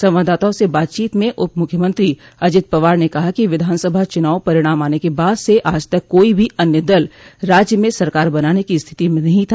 संवाददाताओं से बातचीत में उप मुख्य मंत्री अजित पवार ने कहा कि विधानसभा चुनाव परिणाम आने के बाद से आज तक कोई भी अन्य दल राज्य में सरकार बनाने की स्थिति में नहीं था